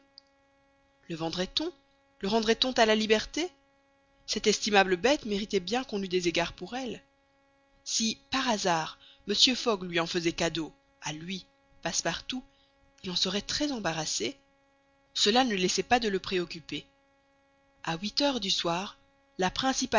le vendrait on le rendrait on à la liberté cette estimable bête méritait bien qu'on eût des égards pour elle si par hasard mr fogg lui en faisait cadeau à lui passepartout il en serait très embarrassé cela ne laissait pas de le préoccuper a huit heures du soir la